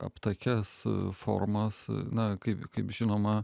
aptakias formas na kaip kaip žinoma